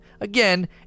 Again